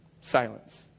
Silence